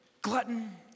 glutton